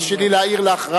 תרשי לי רק להעיר לך.